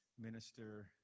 minister